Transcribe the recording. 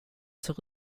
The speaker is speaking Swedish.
ser